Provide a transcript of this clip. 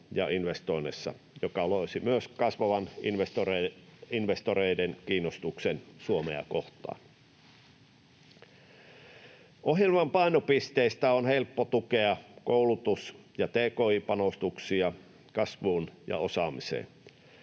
ja investoinneissa, joka loisi myös kasvavan investoreiden kiinnostuksen Suomea kohtaan. Ohjelman painopisteistä on helppo tukea koulutus- ja tki-panostuksia kasvuun ja osaamiseen,